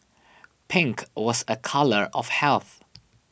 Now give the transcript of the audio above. pink was a colour of health